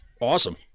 Awesome